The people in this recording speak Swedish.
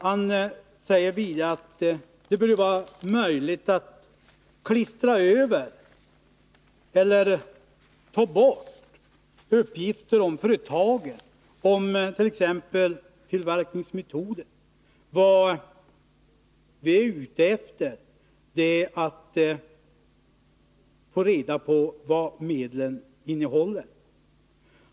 Han säger vidare att det bör vara möjligt att klistra över eller ta bort t.ex. uppgifter om företaget och om tillverkningsmetoden. Vad vi är ute efter är att få reda på vad medlen innehåller.